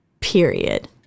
Period